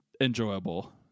enjoyable